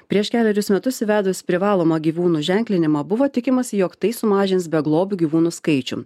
prieš kelerius metus įvedus privalomą gyvūnų ženklinimą buvo tikimasi jog tai sumažins beglobių gyvūnų skaičių